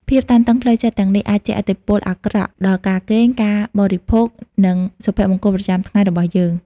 ភាពតានតឹងផ្លូវចិត្តទាំងនេះអាចជះឥទ្ធិពលអាក្រក់ដល់ការគេង ការបរិភោគ និងសុភមង្គលប្រចាំថ្ងៃរបស់យើង។